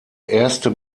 erste